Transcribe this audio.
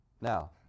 Now